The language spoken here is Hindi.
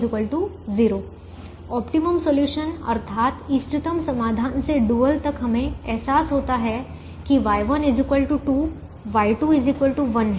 ऑप्टिमम सॉल्यूशन अर्थात इष्टतम समाधान से डुअल तक हमें एहसास होता है कि Y1 2 Y2 1 है